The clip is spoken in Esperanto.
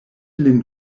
lin